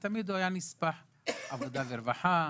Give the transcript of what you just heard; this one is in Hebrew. הוא תמיד היה נספח לעבודה ורווחה,